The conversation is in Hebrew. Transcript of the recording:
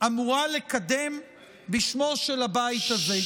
אמורה לקדם בשמו של הבית הזה.